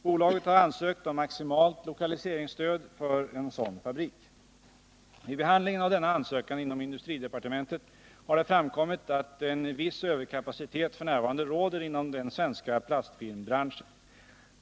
Bolaget har ansökt om maximalt lokaliseringsstöd för en sådan fabrik. Vid behandlingen av denna ansökan inom industridepartementet har det framkommit att en viss överkapacitet f. n. råder inom den svenska plastfilmsbranschen.